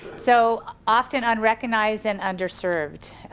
so often unrecognized and under served.